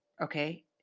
Okay